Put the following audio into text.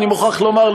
אני מוכרח לומר,